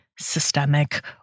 systemic